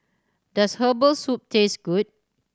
does herbal soup taste good